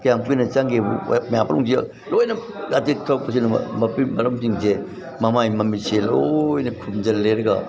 ꯀꯌꯥꯝ ꯀꯨꯏꯅ ꯆꯪꯒꯦꯕꯨ ꯍꯣꯏ ꯃꯌꯥꯝ ꯄꯨꯝꯅꯃꯛꯁꯦ ꯂꯣꯏꯅ ꯃꯄꯤ ꯃꯔꯝꯁꯤꯡꯁꯦ ꯃꯃꯥꯏ ꯃꯃꯤꯠꯁꯦ ꯂꯣꯏꯅ ꯈꯨꯖꯤꯜꯂꯦꯔꯒꯥ